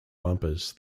bumpers